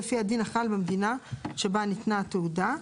לפי הדין החל במדינה שבה ניתנה התעודה,